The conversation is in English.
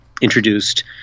introduced